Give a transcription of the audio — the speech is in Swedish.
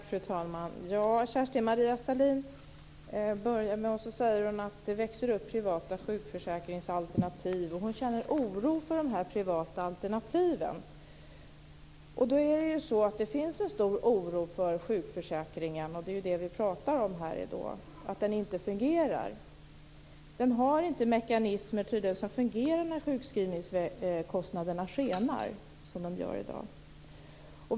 Fru talman! Kerstin-Maria Stalin säger att det växer upp privata sjukförsäkringsalternativ och att hon känner oro för dessa privata alternativ. Det finns ju en stor oro för sjukförsäkringen, och vi talar här i dag om att den inte fungerar. Den har tydligen inte mekanismer som fungerar när sjukskrivningskostnaderna skenar som de nu gör.